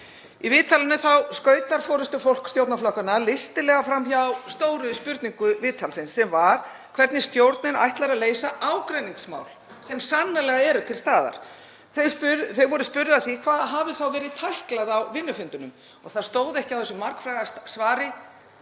Í viðtalinu skautar forystufólk stjórnarflokkanna listilega fram hjá stóru spurningu viðtalsins sem var hvernig stjórnin ætlar að leysa ágreiningsmál sem sannarlega eru til staðar. Þau voru spurð hvað hafi þá verið tæklað á vinnufundunum og það stóð ekki á þessu margfræga svari: